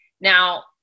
Now